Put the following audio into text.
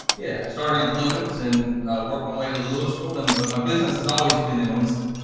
yeah, started in clemens and worked my way to the law school and but my business has always been in winston.